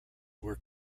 were